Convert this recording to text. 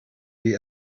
wie